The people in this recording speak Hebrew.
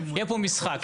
יהיה פה משחק.